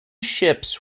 ships